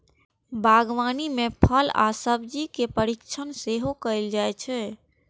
बागवानी मे फल आ सब्जी केर परीरक्षण सेहो कैल जाइ छै